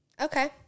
Okay